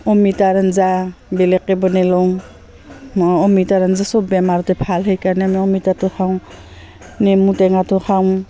অমিতাৰ আঞ্জা বেলেগকৈ বনেই লওঁ মই অমিতাৰ আঞ্জা চব বেমাৰতে ভাল সেইকাৰণে আমি অমিতাটো খাওঁ নেমু টেঙাটো খাওঁ